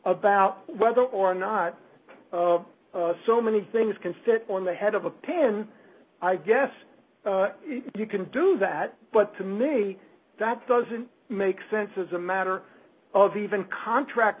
about whether or not so many things can fit on the head of a pin i guess you can do that but to me that doesn't make sense as a matter of even contract